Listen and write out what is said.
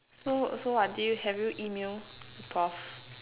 so so what do you have you email the boss